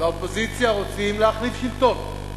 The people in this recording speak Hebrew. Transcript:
ובאופוזיציה רוצים להחליף את השלטון.